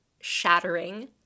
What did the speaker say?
shattering